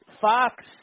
Fox